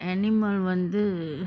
animal வந்து:vanthu